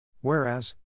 Whereas